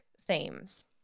themes